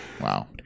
Wow